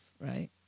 right